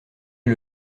est